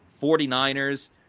49ers